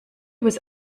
was